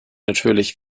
natürlich